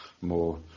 more